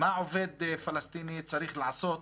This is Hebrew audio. מה עובד פלסטיני צריך לעשות